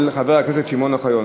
של חבר הכנסת שמעון אוחיון,